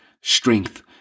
strength